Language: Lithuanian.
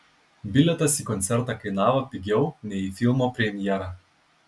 bilietas į koncertą kainavo pigiau nei į filmo premjerą